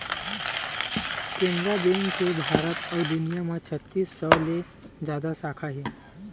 Canara bank के भारत अउ दुनिया म छत्तीस सौ ले जादा साखा हे